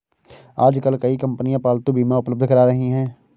आजकल कई कंपनियां पालतू बीमा उपलब्ध करा रही है